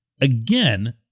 again